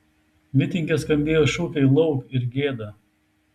mitinge skambėjo šūkiai lauk ir gėda